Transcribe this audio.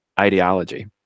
ideology